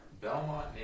Belmont